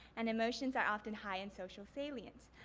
and emotions are often high in social salients.